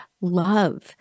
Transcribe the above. love